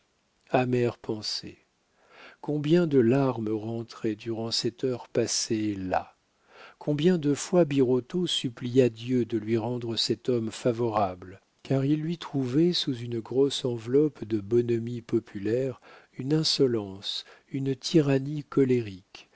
amère pensée combien de larmes rentrées durant cette heure passée là combien de fois birotteau supplia dieu de lui rendre cet homme favorable car il lui trouvait sous une grosse enveloppe de bonhomie populaire une insolence une tyrannie colérique